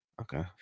Okay